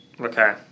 Okay